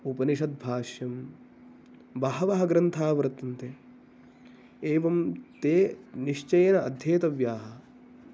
उपनिषद्भाष्यं बहवः ग्रन्थाः वर्तन्ते एवं ते निश्चयेन अध्येतव्याः